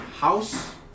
house